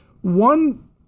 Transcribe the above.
one